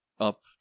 up